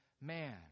man